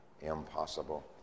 Impossible